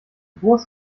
groß